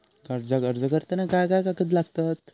कर्जाक अर्ज करताना काय काय कागद लागतत?